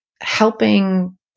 helping